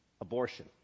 abortion